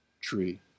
tree